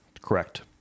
Correct